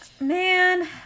man